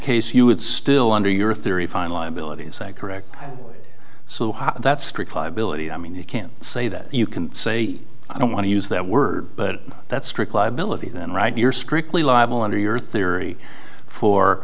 case you would still under your theory finally ability is that correct so how that strict liability i mean you can say that you can say i don't want to use that word but that strict liability then right you're strictly liable under your theory for